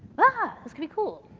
ah! this could be cool.